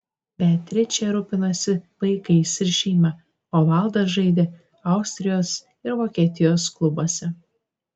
beatričė rūpinosi vaikais ir šeima o valdas žaidė austrijos ir vokietijos klubuose